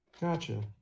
Gotcha